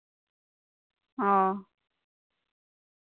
ᱚ